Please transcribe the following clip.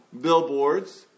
billboards